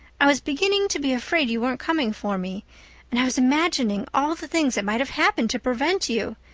i was beginning to be afraid you weren't coming for me and i was imagining all the things that might have happened to prevent you.